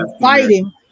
fighting